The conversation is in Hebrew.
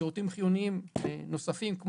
שירותים חיוניים נוספים.